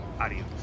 adios